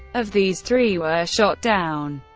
of these, three were shot down.